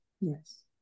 Yes